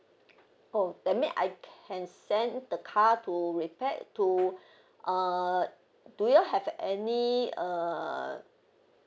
oh that mean I can send the car to repair to err do you all have any uh